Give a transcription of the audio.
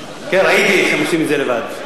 כן, ראיתי איך הם עושים את זה לבד.